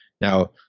Now